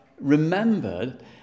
remembered